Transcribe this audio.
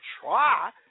try